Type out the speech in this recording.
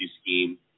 scheme